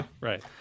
Right